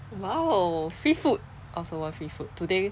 !wow! free food also want free food today